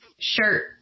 shirt